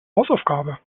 hausaufgabe